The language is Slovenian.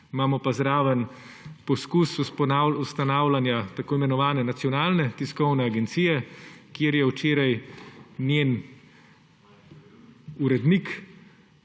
Imamo pa zraven poskus ustanavljanja tako imenovane Nacionalne tiskovne agencije, kjer je včeraj njen urednik